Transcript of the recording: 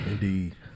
Indeed